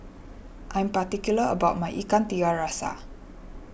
I am particular about my Ikan Tiga Rasa